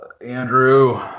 Andrew